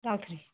ꯆꯥꯗ꯭ꯔꯤ